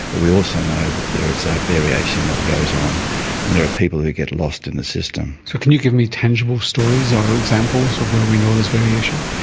but we also know that there is that variation that goes on and there are people who get lost in the system. so can you give me tangible stories or examples of where we know there's variation?